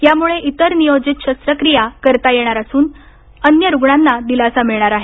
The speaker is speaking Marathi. यामुळे इतर नियोजित शस्त्रक्रिया करता येणार असून आणि अन्य रुग्णांना दिलासा मिळणार आहे